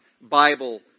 Bible